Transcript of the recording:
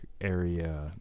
area